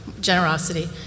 generosity